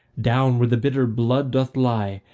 down where the bitter blood doth lie,